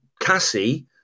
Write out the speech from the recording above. Cassie